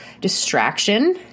distraction